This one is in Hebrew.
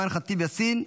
אימן ח'טיב יאסין,